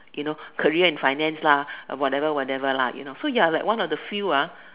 you know career and finance lah uh whatever whatever lah you know so you are like one of the few ah